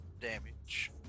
damage